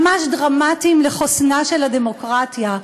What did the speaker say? ממש דרמטיים לחוסנה של הדמוקרטיה.